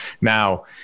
Now